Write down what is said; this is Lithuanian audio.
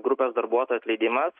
grupės darbuotojų atleidimas